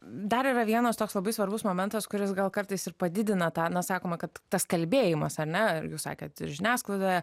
dar yra vienas toks labai svarbus momentas kuris gal kartais ir padidina taliną sakoma kad tas kalbėjimas ar ne jūs sakėte ir žiniasklaidoje